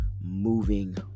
moving